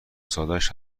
سادش